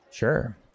Sure